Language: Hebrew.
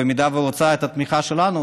במידה שהיא רוצה את התמיכה שלנו,